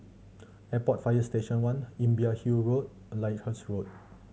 Airport Fire Station One Imbiah Hill Road and Lyndhurst Road